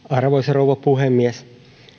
arvoisa rouva puhemies